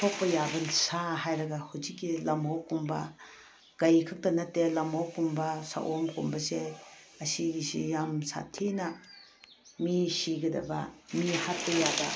ꯁꯣꯛꯄ ꯌꯥꯕ ꯁꯥ ꯍꯥꯏꯔꯒ ꯍꯧꯖꯤꯛꯀꯤ ꯂꯝꯑꯣꯛ ꯀꯨꯝꯕ ꯀꯩ ꯈꯛꯇ ꯅꯠꯇꯦ ꯂꯝꯑꯣꯛ ꯀꯨꯝꯕ ꯁꯑꯣꯝꯒꯨꯝꯕꯁꯦ ꯑꯁꯤꯒꯤꯁꯤ ꯌꯥꯝ ꯁꯥꯊꯤꯅ ꯃꯤ ꯁꯤꯒꯗꯕ ꯃꯤ ꯍꯥꯠꯄ ꯌꯥꯕ